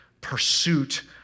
pursuit